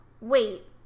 Wait